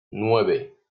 nueve